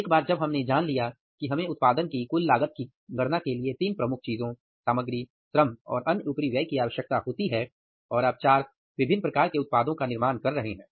एक बार जब हमने जान लिया कि हमें उत्पादन की कुल लागत की गणना के लिए तीन प्रमुख चीजों सामग्री श्रम और अन्य ऊपरी व्यय की आवश्यकता होती है और आप चार विभिन्न प्रकार के उत्पादों का निर्माण कर रहे हैं